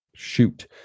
Shoot